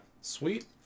Sweet